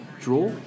draw